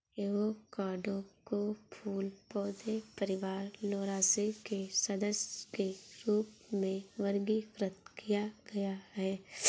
avocado को फूल पौधे परिवार लौरासी के सदस्य के रूप में वर्गीकृत किया गया है